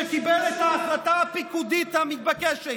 שקיבל את ההחלטה הפיקודית המתבקשת.